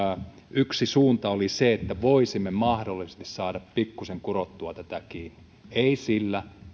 yksi suunta oli se että voisimme mahdollisesti saada pikkusen kurottua tätä kiinni ei sillä